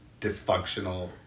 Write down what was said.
dysfunctional